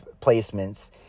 placements